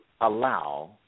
allow